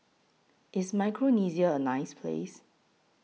IS Micronesia A nice Place